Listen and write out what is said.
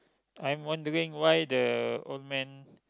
I'm wondering why the old man